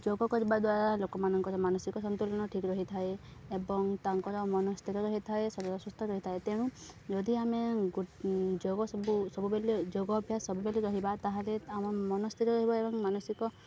ଯୋଗ କରିବା ଦ୍ୱାରା ଲୋକମାନଙ୍କର ମାନସିକ ସନ୍ତୁଳନ ଠିକ୍ ରହିଥାଏ ଏବଂ ତାଙ୍କର ମନ ସ୍ଥିର ରହିଥାଏ ଶରୀର ସୁସ୍ଥ ରହିଥାଏ ତେଣୁ ଯଦି ଆମେ ଯୋଗ ସବୁ ସବୁବେଳେ ଯୋଗ ଅଭ୍ୟାସ ସବୁବେଳେ ରହିବା ତା'ହେଲେ ଆମ ମନସ୍ଥିର ରହିବା ଏବଂ ମାନସିକ